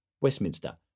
Westminster